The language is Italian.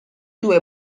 due